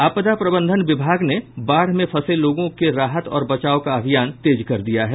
आपदा प्रबंधन विभाग ने बाढ़ में फसे लोगों के राहत और बचाव का अभियान तेज कर दिया है